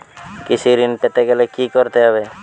কৃষি ঋণ পেতে গেলে কি করতে হবে?